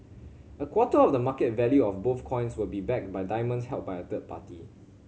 a quarter of the market value of both coins will be backed by diamonds held by a third party